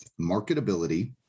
marketability